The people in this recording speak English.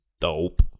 dope